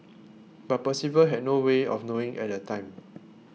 but Percival had no way of knowing at the time